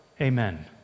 Amen